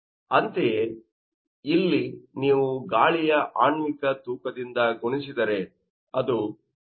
ಅಂತೆಯೇ ಇಲ್ಲಿ ನೀವು ಗಾಳಿಯ ಆಣ್ವಿಕ ತೂಕದಿಂದ ಗುಣಿಸಿದರೆ ಅದು 28